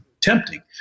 tempting